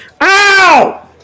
ow